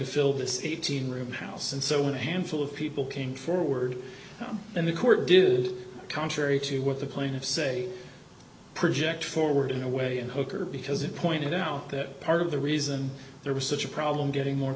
to fill this is eighteen room house and so when a handful of people came forward in the court did contrary to what the plaintiffs say project forward in a way in hooker because it pointed out that part of the reason there was such a problem getting more